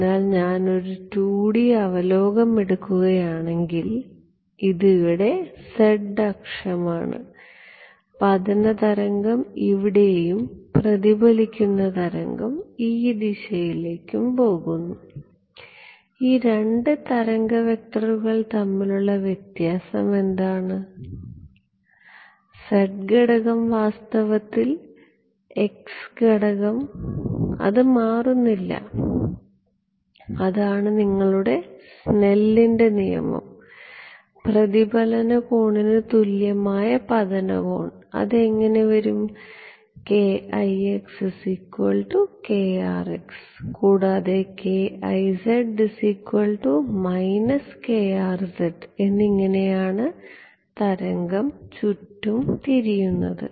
അതിനാൽ ഞാൻ ഒരു 2D അവലോകനം എടുക്കുകയാണെങ്കിൽ ഇത് ഇവിടെ z അക്ഷമാണ് പതന തരംഗം ഇവിടെയും പ്രതിഫലിക്കുന്ന തരംഗം ഈ ദിശയിലേക്കും പോകുന്നു ഈ രണ്ട് തരംഗ വെക്റ്ററുകൾ തമ്മിലുള്ള വ്യത്യാസം എന്താണ് z ഘടകം വാസ്തവത്തിൽ x ഘടകം അത് മാറുന്നില്ല അതാണ് നിങ്ങളുടെ സ്നെല്ലിന്റെ നിയമം പ്രതിഫലനകോണിന് തുല്യമായ പതന കോൺ അത് എങ്ങനെ വരും കൂടാതെ എന്നിങ്ങനെയാണ് തരംഗം ചുറ്റും തിരിയുന്നത്